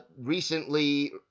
recently